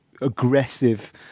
aggressive